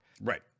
right